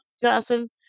Johnson